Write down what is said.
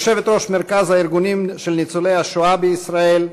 יושבת-ראש מרכז הארגונים של ניצולי השואה בישראל,